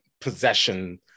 possession